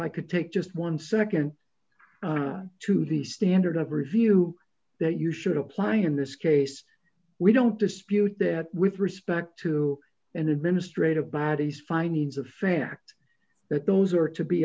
i could take just one second to the standard of review that you should apply in this case we don't dispute that with respect to an administrative body's findings of fact that those are to be